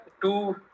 two